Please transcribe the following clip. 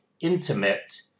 intimate